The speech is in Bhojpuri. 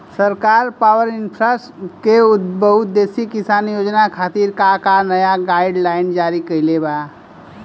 सरकार पॉवरइन्फ्रा के बहुउद्देश्यीय किसान योजना खातिर का का नया गाइडलाइन जारी कइले बा?